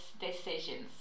decisions